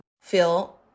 feel